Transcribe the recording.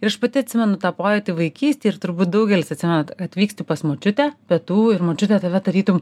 ir aš pati atsimenu tą pojūtį vaikystėj ir turbūt daugelis atsimenat atvyksti pas močiutę pietų ir močiutė tave tarytum